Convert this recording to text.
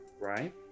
Right